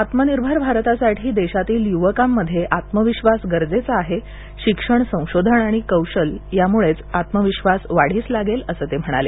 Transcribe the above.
आत्मनिर्भर भारतासाठी आहे देशातील युवकांमध्ये आत्मविश्वास गरजेचा आहे शिक्षण संशोधन आणि कौशल यामुळेच आत्मविश्वास वाढीस लागेल असे ते म्हणाले